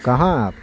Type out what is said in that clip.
کہاں ہیں آپ